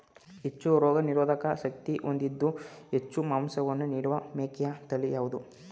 ಹೆಚ್ಚು ರೋಗನಿರೋಧಕ ಶಕ್ತಿ ಹೊಂದಿದ್ದು ಹೆಚ್ಚು ಮಾಂಸವನ್ನು ನೀಡುವ ಮೇಕೆಯ ತಳಿ ಯಾವುದು?